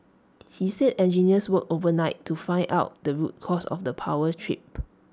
he said engineers worked overnight to find out the root cause of the power trip